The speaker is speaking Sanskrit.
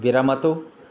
विरमतु